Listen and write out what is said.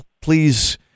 please